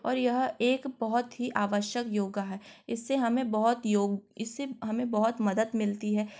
और यह एक बहुत ही आवश्यक योगा है इससे हमें बहुत योग इससे हमें बहुत मदद मिलती है